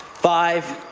five,